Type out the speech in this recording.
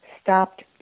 stopped